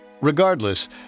Regardless